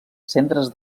centres